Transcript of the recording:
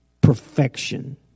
perfection